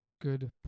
Good